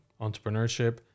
entrepreneurship